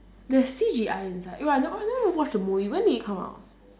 there's C_G_I inside oh I never I never watch the movie when did it come out